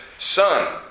son